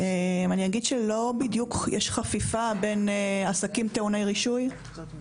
אין בדיוק חפיפה בין עסקים טעוני רישוי לבין